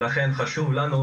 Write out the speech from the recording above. ולכן חשוב לנו,